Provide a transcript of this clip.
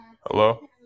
Hello